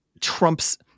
trumps